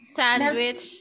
sandwich